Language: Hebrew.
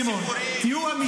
אנשים יצאו לעבוד.